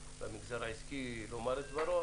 והמגזר העסקי והציבור ירצו לומר את דברם,